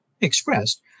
expressed